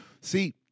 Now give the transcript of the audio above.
See